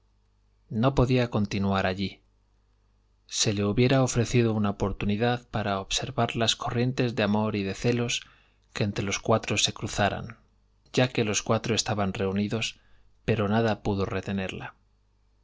no podía continuar allí se le hubiera ofrecido una oportunidad para observar las corrientes de amor y de celos que entre los cuatro se cruzaran ya que los cuatro estaban reunidos pero nada pudo retenerla